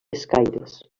escaires